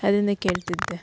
ಅದರಿಂದ ಕೇಳ್ತಿದ್ದೆ